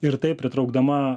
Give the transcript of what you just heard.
ir taip pritraukdama